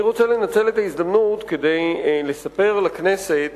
אני רוצה לנצל את ההזדמנות כדי לספר לכנסת